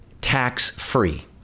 tax-free